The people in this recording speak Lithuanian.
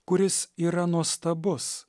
kuris yra nuostabus